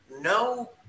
no